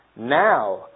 Now